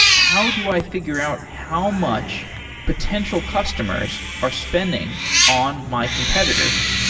how do i figure out how much potential customers are spending on my competitors?